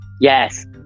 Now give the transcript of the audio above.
Yes